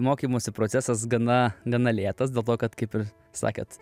mokymosi procesas gana gana lėtas dėl to kad kaip ir sakėt